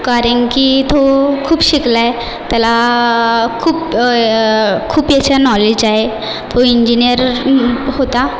कारण की तो खूप शिकला आहे त्याला खूप खूप याचं नॉलेज आहे तो इंजिनीअर होता